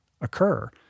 occur